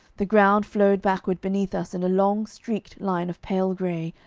the ground flowed backward beneath us in a long streaked line of pale gray,